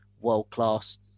world-class